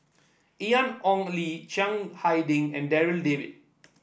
Ian Ong Li Chiang Hai Ding and Darryl David